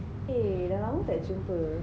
eh dah lama tak jumpa